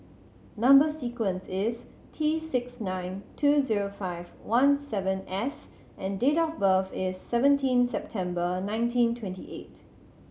number sequence is T six nine two zero five one seven S and date of birth is seventeen September nineteen twenty eight